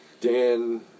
Dan